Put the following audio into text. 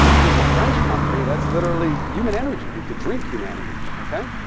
here's our french company that's literally human energy. you could drink humanity. ok.